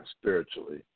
spiritually